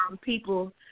people